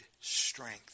strength